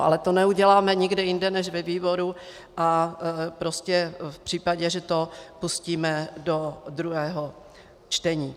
Ale to neuděláme nikde jinde než ve výboru a prostě v případě, že to pustíme do druhého čtení.